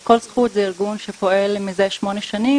'כל זכות' זה ארגון שפועל מזה שמונה שנים